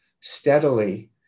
steadily